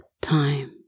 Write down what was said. time